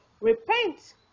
repent